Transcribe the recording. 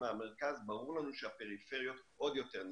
מהמרכז ברור לנו שהפריפריות עוד יותר נפגעות.